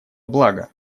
блага